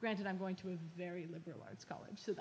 granted i'm going to a very liberal arts college so